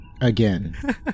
again